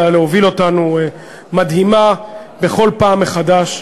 להוביל אותנו מדהימה בכל פעם מחדש.